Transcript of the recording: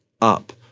Up